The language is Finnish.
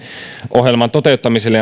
ohjelman toteuttamiselle